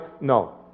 no